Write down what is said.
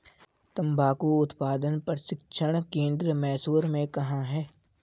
तंबाकू उत्पादन प्रशिक्षण केंद्र मैसूर में कहाँ है?